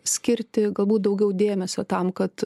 skirti galbūt daugiau dėmesio tam kad